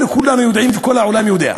כולנו יודעים, וכל העולם יודע,